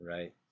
Right